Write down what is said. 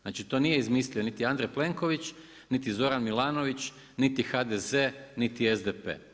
Znači to nije izmislio niti Andrej Plenković, niti Zoran Milanović niti HDZ, niti SDP.